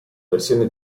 versione